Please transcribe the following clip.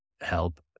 help